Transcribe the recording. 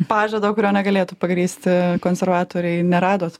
pažado kurio negalėtų pagrįsti konservatoriai neradot